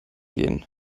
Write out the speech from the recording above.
gehen